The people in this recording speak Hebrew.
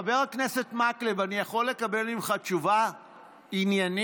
חבר הכנסת מקלב, אני יכול לקבל ממך תשובה עניינית?